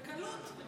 בקלות.